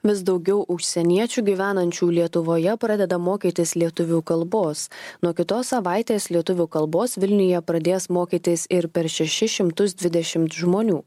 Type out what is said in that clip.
vis daugiau užsieniečių gyvenančių lietuvoje pradeda mokytis lietuvių kalbos nuo kitos savaitės lietuvių kalbos vilniuje pradės mokytis ir per šešis šimtus dvidešimt žmonių